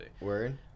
word